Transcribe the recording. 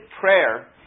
prayer